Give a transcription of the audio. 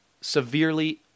severely